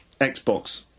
Xbox